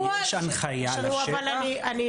יש הנחייה בשטח --- לא אבל סליחה,